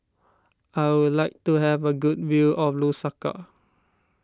I would like to have a good view of Lusaka